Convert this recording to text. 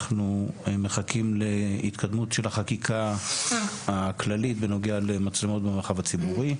אנחנו מחכים להתקדמות של החקיקה הכללית בנוגע למצלמות במרחב הציבורי,